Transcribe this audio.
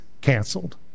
canceled